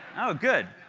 oh, good!